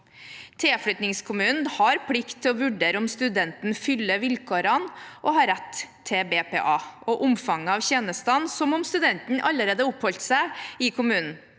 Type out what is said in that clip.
Tilflyttingskommunen har plikt til å vurdere om studenten oppfyller vilkårene og har rett til BPA, og omfanget av tjenestene, som om studenten allerede oppholdt seg i kommunen.